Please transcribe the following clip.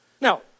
Now